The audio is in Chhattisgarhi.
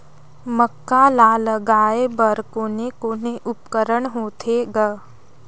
मक्का ला लगाय बर कोने कोने उपकरण होथे ग?